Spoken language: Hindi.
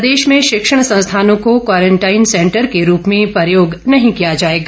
प्रदेश में शिक्षण संस्थानों को क्वारंटाइन सैंटर के रूप में प्रयोग नहीं किया जाएगा